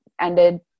ended